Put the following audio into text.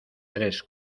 tres